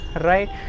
right